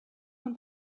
one